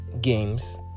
games